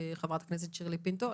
חברת הכנסת שירלי פינטו.